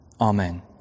amen